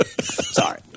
Sorry